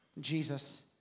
Jesus